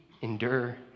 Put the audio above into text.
endure